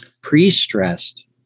pre-stressed